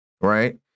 right